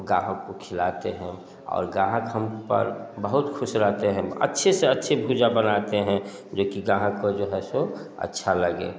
गाहक को खिलाते हैं और गाहक हम पर बहुत खुश रहते हम अच्छे से अच्छे भुजा बनाते हैं जो कि गाहक को जो है सो अच्छा लगे